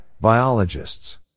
biologists